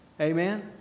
Amen